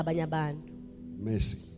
Mercy